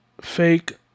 fake